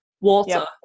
water